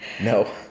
No